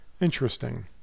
interesting